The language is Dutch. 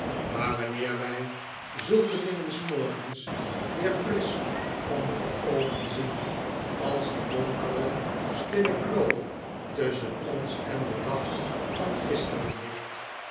maar wanneer wij zulke dingen s morgens weer frisch onder de oogen zien als die donkere stille kloof tusschen ons en den dag van gisteren ligt